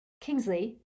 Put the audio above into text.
Kingsley